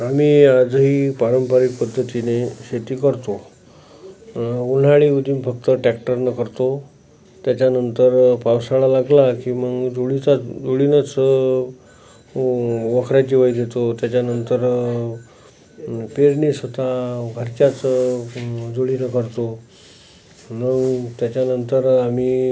आम्ही आजही पारंपरिक पद्धतीने शेती करतो उन्हाळीमदी फक्त टॅक्टरनं करतो त्याच्यानंतर पावसाळा लागला की मंग जोडीचा जोडीनंच वखड्यांची वाय देतो त्याच्यानंतर पेरणीसुद्धा घरच्याचं जोडीनं करतो मंग त्याच्यानंतर मी